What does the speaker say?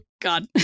god